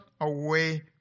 away